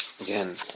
Again